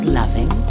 loving